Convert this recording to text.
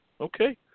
Okay